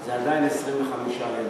זה עדיין עשרים וחמישה אלף.